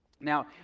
Now